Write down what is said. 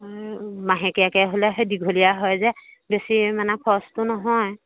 মাহেকীয়াকে হ'লেহে দীঘলীয়া হয় যে বেছি মানে খৰচটো নহয়